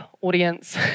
audience